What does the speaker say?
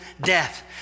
death